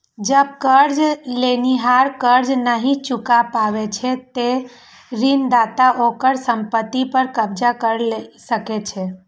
जब कर्ज लेनिहार कर्ज नहि चुका पाबै छै, ते ऋणदाता ओकर संपत्ति पर कब्जा कैर सकै छै